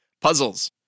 puzzles